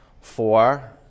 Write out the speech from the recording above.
four